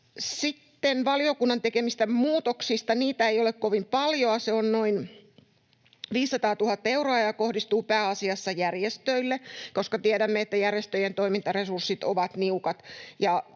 sitten valiokunnan tekemistä muutoksista: Niitä ei ole kovin paljon. Se on noin 500 000 euroa ja kohdistuu pääasiassa järjestöille, koska tiedämme, että järjestöjen toimintaresurssit ovat niukat.